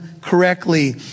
correctly